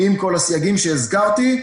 עם כל הסייגים שהזכרתי,